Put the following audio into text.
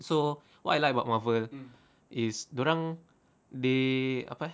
so what I like about Marvel is dorang they apa